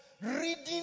reading